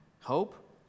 hope